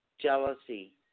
Jealousy